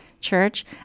church